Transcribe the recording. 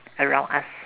around us